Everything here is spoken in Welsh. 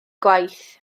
gwaith